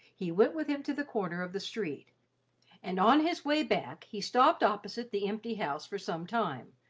he went with him to the corner of the street and on his way back he stopped opposite the empty house for some time,